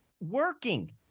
working